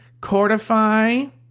Cortify